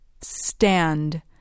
Stand